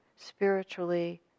spiritually